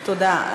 תודה.